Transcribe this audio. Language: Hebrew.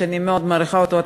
שאני מאוד מעריכה אותו,